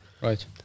Right